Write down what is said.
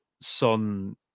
son